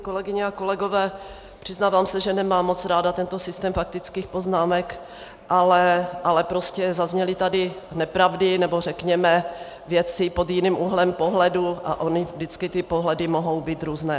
Kolegyně a kolegové, přiznávám se, že nemám moc ráda tento systém faktických poznámek, ale prostě zazněly tady nepravdy, nebo řekněme věci pod jiným úhlem pohledu a ony vždycky ty pohledy mohou být různé.